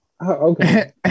Okay